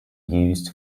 used